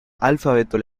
alfabeto